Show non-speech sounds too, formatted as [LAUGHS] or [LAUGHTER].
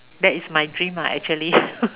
that is my dream lah actually [LAUGHS]